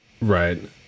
Right